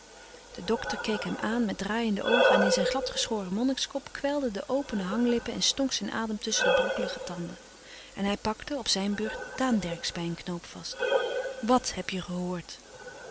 de dokter keek hem aan met draaiende oogen en in zijn gladgeschoren monnikskop kwijlden de opene hanglippen en stonk zijn adem tusschen de brokkelige tanden en hij pakte op zijn beurt daan dercksz bij een knoop vast wàt heb je gehoord